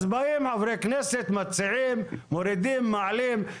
אז באים חברי כנסת מציעים, מורידים, מעלים.